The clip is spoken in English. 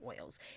oils